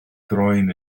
groen